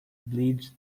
bridge